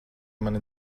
mani